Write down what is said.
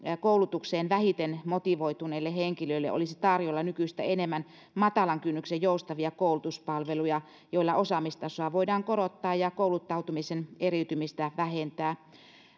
koulutukseen vähiten motivoituneille henkilöille olisi tarjolla nykyistä enemmän matalan kynnyksen joustavia koulutuspalveluja joilla osaamistasoa voidaan korottaa ja kouluttautumisen eriytymistä vähentää